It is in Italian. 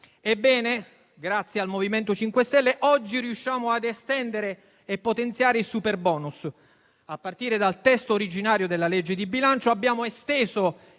Ebbene, grazie al MoVimento 5 Stelle oggi riusciamo a estendere e a potenziare il superbonus. A partire dal testo originario della legge di bilancio abbiamo esteso